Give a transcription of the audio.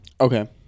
Okay